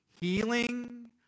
healing